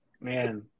man